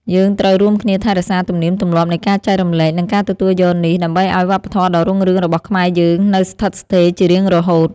យើងត្រូវរួមគ្នាថែរក្សាទំនៀមទម្លាប់នៃការចែករំលែកនិងការទទួលយកនេះ ដើម្បីឱ្យវប្បធម៌ដ៏រុងរឿងរបស់ខ្មែរយើងនៅស្ថិតស្ថេរជារៀងរហូត។